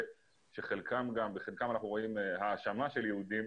ושבחלקם אנחנו רואים גם האשמה כלפי יהודים,